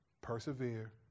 Persevere